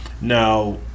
Now